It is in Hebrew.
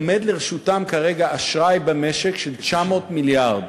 עומד לרשותן כרגע אשראי במשק של 900 מיליארד,